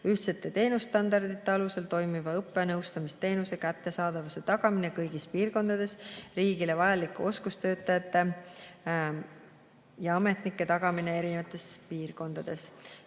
ühtsete teenusstandardite alusel toimiva õppenõustamisteenuse kättesaadavuse tagamine kõigis piirkondades; riigile vajalike oskustega töötajate ja ametnike [olemasolu] tagamine erinevates piirkondades.